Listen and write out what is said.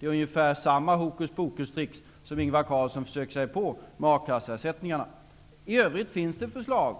Det är ungefär samma hokuspokustrick som Ingvar I övrigt finns det förslag